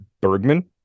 Bergman